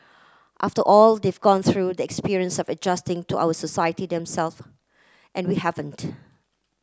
after all they've gone through the experience of adjusting to our society them self and we haven't